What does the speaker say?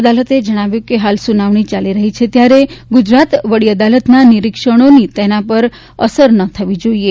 અદાલતે જણાવ્યું કે હાલ સુનાવણી ચાલી રહી છે ત્યારે ગુજરાત વડી અદાલતના નિરીક્ષણોની તેના પહર અસર ન થવી જોઇએ